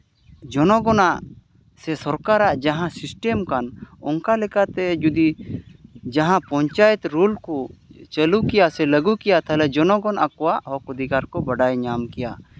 ᱡᱚᱱᱚᱜᱚᱱᱟᱜ ᱥᱮ ᱥᱚᱨᱠᱟᱨᱟᱜ ᱡᱟᱦᱟᱸ ᱥᱤᱥᱴᱮᱢ ᱠᱟᱱ ᱚᱱᱠᱟ ᱞᱮᱠᱟᱛᱮ ᱡᱩᱫᱤ ᱡᱟᱦᱟᱸ ᱯᱚᱧᱪᱟᱭᱮᱛ ᱨᱩᱞ ᱠᱚ ᱪᱟᱹᱞᱩ ᱠᱮᱭᱟ ᱥᱮ ᱞᱟᱹᱜᱩ ᱠᱮᱭᱟ ᱛᱟᱦᱚᱞᱮ ᱡᱚᱱᱚᱜᱚᱱ ᱟᱠᱚᱣᱟᱜ ᱦᱚᱸᱠᱚ ᱚᱫᱷᱤᱠᱟᱨ ᱠᱚ ᱵᱟᱲᱟᱭ ᱧᱟᱢ ᱠᱮᱭᱟ